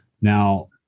Now